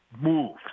Move